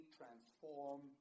transform